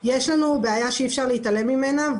יש לנו בעיה שאי אפשר להתעלם ממנה,